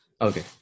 Okay